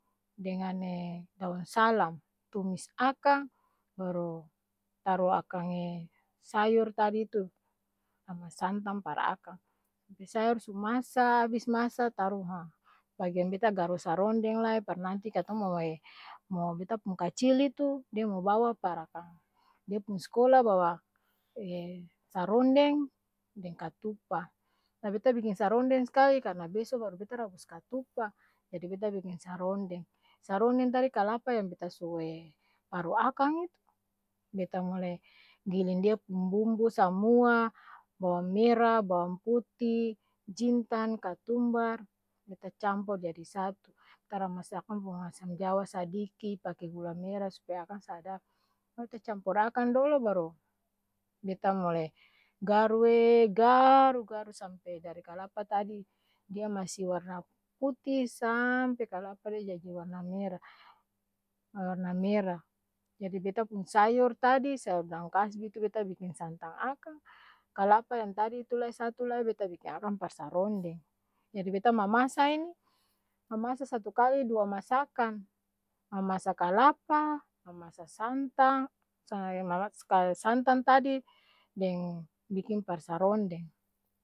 Dengan eee daon salam tumis akang, baru taro akang ee sayor tadi tu, ramas santang par akang, sampe sayor su masa, abis masa taru haa bageang beta garu sarondeng lai par nanti katong mau'ee mau-beta pung kacil itu, dia mau bawa par akang, di pung s'kola bawa sarondeng, deng katupa, la beta biking sarondeng s'kali karna beso baru beta rabus katupa, jadi beta biking sarondeng, sarondeng tadi kalapa yang beta su paru akang itu, beta mulei, giling dia pung bumbu samua, bawang mera, baw'ng puti, jintan, katumbar, beta campor jadi satu, ta ramas akang pung asam jawa sadiki, pake gula mera s'paya akang sadap, la ta campor akang dolo baro beta mulei garu eee gaaaru garuuu-sampe dari kalapa tadi, dia masi warna puti, saaampe kalapa dia jaji warna mera, warna mera, jadi beta pung sayor tadi, sayor daong kasbi tu beta biking santang akang, kalapa yang tadi tu lai satu lai beta biking akang par sarondeng, jadi beta mamasa ini, mamasa satu kali dua masakan, mamasa kalapa, mamasa santang, santan tadi, deng biking par sarondeng.